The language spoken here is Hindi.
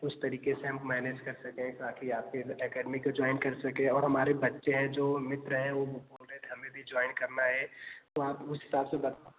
उस तरीके से हम मैनेज कर सकें ताकि आपके एकेडमी को ज्वाइन कर सकें और हमारे बच्चे हैं जो मित्र हैं वह बोल रहे थे हमें भी ज्वाइन करना है तो आप उस हिसाब से बता दीजिए